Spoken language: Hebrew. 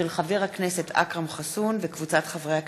של חבר הכנסת אכרם חסון וקבוצת חברי הכנסת.